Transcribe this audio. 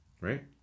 Right